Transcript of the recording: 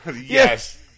Yes